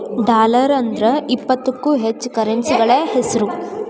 dollar ಅಂದ್ರ ಇಪ್ಪತ್ತಕ್ಕೂ ಹೆಚ್ಚ ಕರೆನ್ಸಿಗಳ ಹೆಸ್ರು